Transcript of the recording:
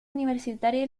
universitaria